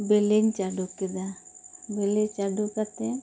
ᱵᱮᱞᱤᱧ ᱪᱟᱹᱰᱩ ᱠᱮᱫᱟ ᱵᱮᱞᱤ ᱪᱟᱹᱰᱩ ᱠᱟᱛᱮ